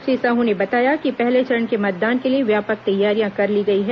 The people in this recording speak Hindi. श्री साहू ने बताया कि पहले चरण के मतदान के लिए व्यापक तैयारियां कर ली गई हैं